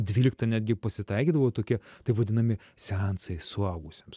dvyliktą netgi pasitaikydavo tokie taip vadinami seansai suaugusiems